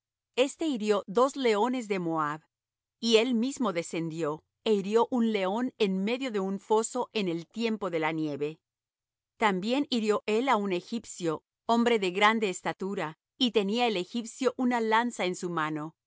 este hirió dos leones de moab y él mismo descendió é hirió un león en medio de un foso en el tiempo de la nieve también hirió él á un egipcio hombre de grande estatura y tenía el egipcio una lanza en su mano